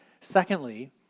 Secondly